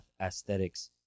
aesthetics